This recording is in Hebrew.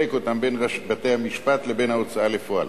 אותם בין בתי-המשפט לבין ההוצאה לפועל.